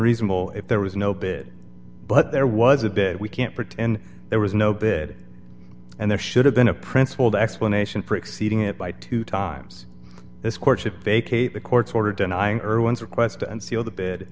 reasonable if there was no bit but there was a bit we can't pretend there was no bid and there should have been a principled explanation for exceeding it by two times this courtship vacate the court's order denying irwin's request and seal the b